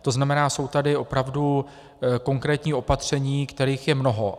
To znamená, jsou tady opravdu konkrétní opatření, kterých je mnoho.